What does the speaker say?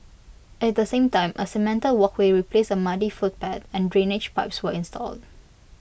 at the same time A cemented walkway replaced A muddy footpath and drainage pipes were installed